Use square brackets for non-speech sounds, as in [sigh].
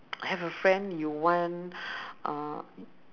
[noise] have a friend you want uh